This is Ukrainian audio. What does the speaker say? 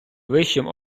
вищим